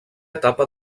etapa